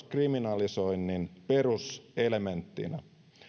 kriminalisoinnin peruselementtinä